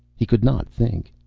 he could not think.